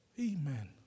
Amen